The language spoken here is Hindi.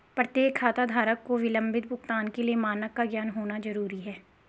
प्रत्येक खाताधारक को विलंबित भुगतान के लिए मानक का ज्ञान होना जरूरी है